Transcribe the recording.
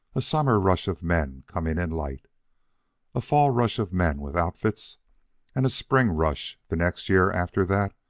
a summer rush of men coming in light a fall rush of men with outfits and a spring rush, the next year after that,